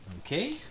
okay